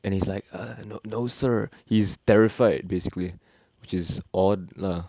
and he's like uh no no sir he's terrified basically which is odd lah